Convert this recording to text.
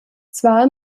zwar